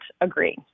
agree